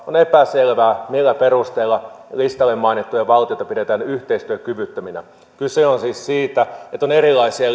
on epäselvää millä perusteilla listalla mainittuja valtioita pidetään yhteistyökyvyttöminä kyse on siis siitä että on erilaisia